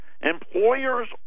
Employers